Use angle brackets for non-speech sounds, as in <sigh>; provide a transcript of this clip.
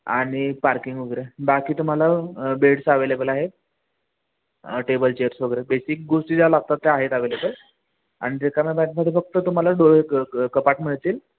आणि पार्किंग वगैरे बाकी तुम्हाला बेड्स अवेलेबल आहेत टेबल चेअर्स वगैरे बेसिक गोष्टी ज्या लागतात त्या आहेत अवेलेबल आणि जे रिकाम्या फ्लॅटमध्ये फक्त तुम्हाला <unintelligible> कपाट मिळतील